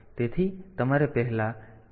તેથી તમારે પહેલા ત્યાં 1 લખવું પડશે